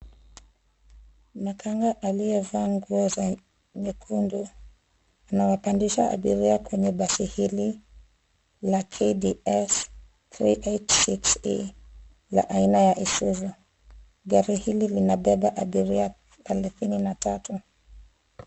Makanga aliye vaa nguo za nyekundu anawapandisha abiria kwenye basi hili la KDS 386E la aina ya Isuzu. Gari hili linabeba abiria thelathini na tatu.